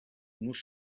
nous